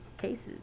cases